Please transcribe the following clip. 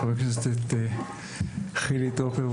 תודה רבה לחבר הכנסת חילי טרופר,